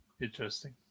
Interesting